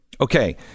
Okay